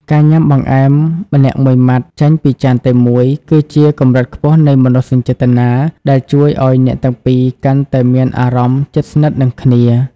ការញ៉ាំបង្អែមម្នាក់មួយម៉ាត់ចេញពីចានតែមួយ គឺជាកម្រិតខ្ពស់នៃមនោសញ្ចេតនាដែលជួយឱ្យអ្នកទាំងពីរកាន់តែមានអារម្មណ៍ជិតស្និទ្ធនឹងគ្នា។